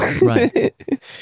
Right